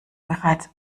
bereits